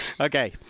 okay